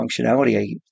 functionality